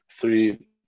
three